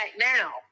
now